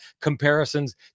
comparisons